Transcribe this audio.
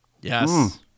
Yes